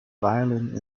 violin